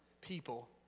people